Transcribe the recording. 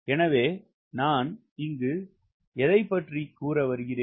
எனவே நான் என்ன செய்கிறேன் என்பது உங்களை உருவாக்குகிறது